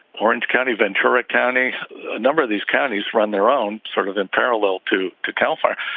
orange county ventura county a number of these counties run their own sort of in parallel to cal fire.